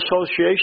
association